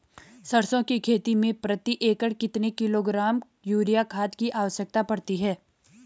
सरसों की खेती में प्रति एकड़ कितने किलोग्राम यूरिया खाद की आवश्यकता पड़ती है?